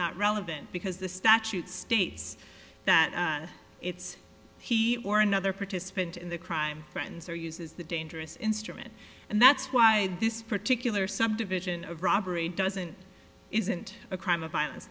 not relevant because the statute states that it's he or another participant in the crime friends or uses the dangerous instrument and that's why this particular subdivision of robbery doesn't isn't a crime of violence